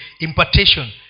impartation